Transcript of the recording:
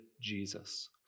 Jesus